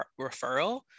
referral